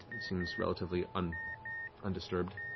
it seems relatively um undisturbed.